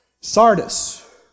Sardis